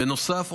בנוסף,